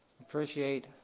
appreciate